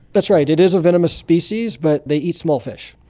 that's right, it is a venomous species, but they eat small fish.